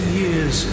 years